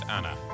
Anna